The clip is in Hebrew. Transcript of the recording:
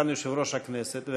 כסגן יושב-ראש הכנסת,